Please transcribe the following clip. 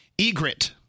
Egret